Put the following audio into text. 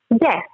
Yes